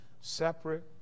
separate